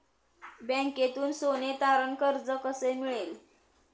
बँकेतून सोने तारण कर्ज कसे मिळेल?